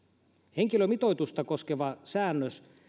henkilömitoitusta koskeva säännös